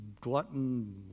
glutton